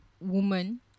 woman